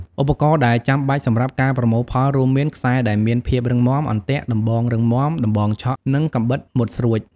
ឧបករណ៍ដែលចាំបាច់សម្រាប់ការប្រមូលផលរួមមាន ខ្សែដែលមានភាពរឹងមាំ អន្ទាក់ ដំបងរឹងមាំ ដំបងឆក់ និងកាំបិតមុតស្រួច។